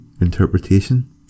interpretation